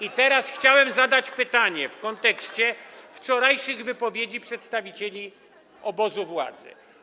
I teraz chciałem zadać pytanie w kontekście wczorajszych wypowiedzi przedstawicieli obozu władzy.